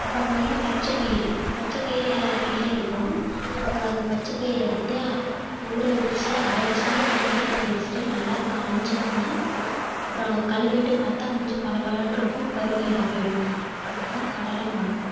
அப்புறம் பார்த்திங்கனா பச்சைப்பயிறு பச்சைப்பயிறு எல்லார் வீட்லையும் இருக்கும் அப்புறம் அந்த பச்சப்பயிறை எடுத்து ஊற வச்சு அரைச்சி மூஞ்சியில தேச்சிட்டு நல்லா காஞ்சோடன்ன அப்புறம் கழுவிட்டு பார்த்தா மூஞ்சு பளபளன்னு இருக்கும் பரு எல்லாம் போய்டும் அப்புறம் கடலை மாவு